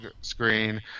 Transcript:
screen